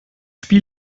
spiel